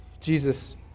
Jesus